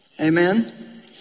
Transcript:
Amen